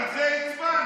על זה הצבענו.